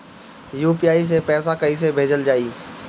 UPI से पैसा कइसे भेजल जाई?